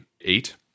eight